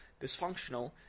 dysfunctional